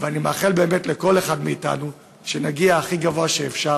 אני מאחל לכל אחד מאתנו שנגיע הכי גבוה שאפשר,